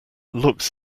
looks